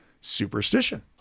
superstition